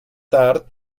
tard